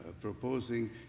proposing